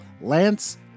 Lance